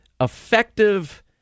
effective